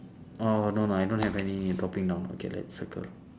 orh no no I don't have any dropping down okay let's circle